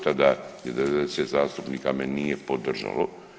Tada 90 zastupnika me nije podržalo.